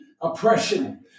oppression